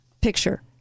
picture